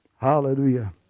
Hallelujah